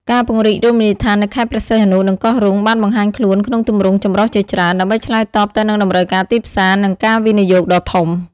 ការពង្រីករមណីយដ្ឋាននៅខេត្តព្រេះសីហនុ និងកោះរ៉ុង បានបង្ហាញខ្លួនក្នុងទម្រង់ចម្រុះជាច្រើន ដើម្បីឆ្លើយតបទៅនឹងតម្រូវការទីផ្សារ និងការវិនិយោគដ៏ធំ។